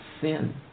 sin